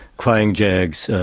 crying jags,